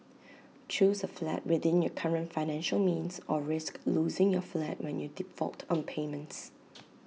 choose A flat within your current financial means or risk losing your flat when you default on payments